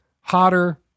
hotter